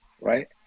right